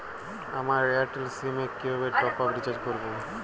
আমার এয়ারটেল সিম এ কিভাবে টপ আপ রিচার্জ করবো?